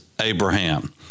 Abraham